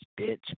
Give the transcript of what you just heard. bitch